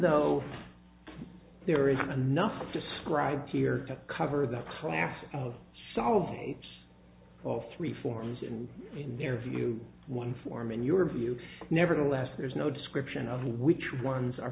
though there isn't enough described here to cover the class of solving of three forms and in their view one form in your view nevertheless there's no description of which ones are